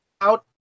out